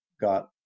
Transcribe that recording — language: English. got